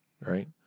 right